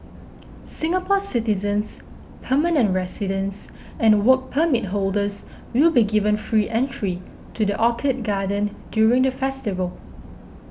Singapore citizens permanent residents and Work Permit holders will be given free entry to the Orchid Garden during the festival